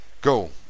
Go